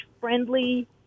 friendly